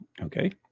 okay